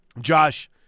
Josh